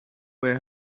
were